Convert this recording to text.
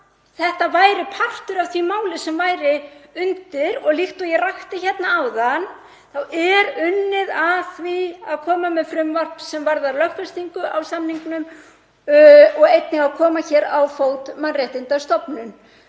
þetta væri partur af því máli sem er undir. Líkt og ég rakti áðan þá er unnið að því að koma með frumvarp sem varðar lögfestingu á samningnum og einnig að koma hér á fót mannréttindastofnun.